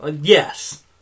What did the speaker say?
Yes